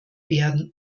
werden